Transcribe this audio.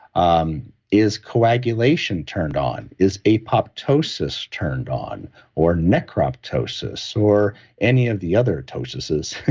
um is coagulation turned on? is apoptosis turned on or necroptosis or any of the other tosises?